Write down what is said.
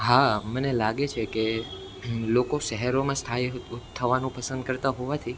હા મને લાગે છે કે લોકો શહેરોમાં સ્થાયી થવાનું પસંદ કરતા હોવાથી